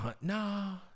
Nah